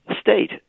state